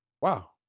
Wow